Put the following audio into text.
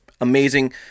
amazing